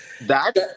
That-